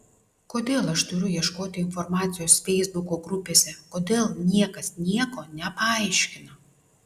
kodėl aš turiu ieškoti informacijos feisbuko grupėse kodėl niekas nieko nepaaiškina